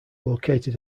located